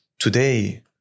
today